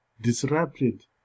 disrupted